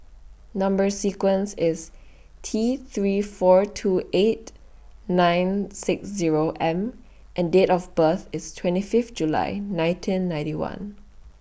Number sequence IS T three four two eight nine six Zero M and Date of birth IS twenty Fifth July nineteen ninety one